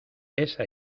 esa